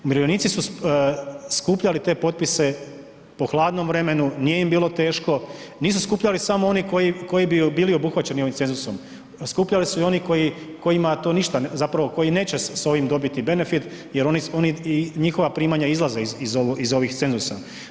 Umirovljenici su skupljali te potpise po hladnom vremenu, nije im bilo teško, nisu skupljali samo oni koji, koji bi bili obuhvaćeni ovim cenzusom, skupljali su i oni koji, kojima to ništa, zapravo koji neće s ovim dobiti benefit jer oni, oni i njihova primanja izlaze iz, iz ovih cenzusa.